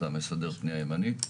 אתה מסדר פניה ימנית,